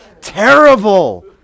terrible